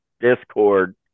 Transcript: discord